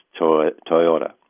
Toyota